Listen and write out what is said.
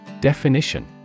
DEFINITION